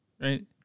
right